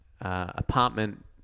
apartment